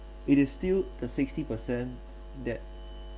it is still the sixty percent that